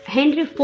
Henry